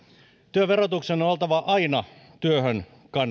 työn verotuksen on oltava aina työhön